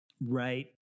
Right